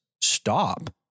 stop